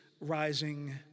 rising